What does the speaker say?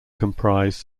comprise